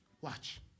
Watch